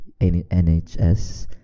NHS